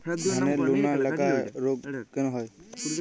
ধানের লোনা লাগা রোগ কেন হয়?